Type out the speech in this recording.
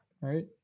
right